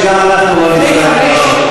שגם אנחנו לא נצטרך לענות על זה.